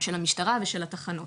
המשטרה ושל התחנות.